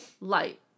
light